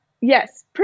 Yes